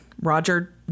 Roger